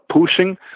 pushing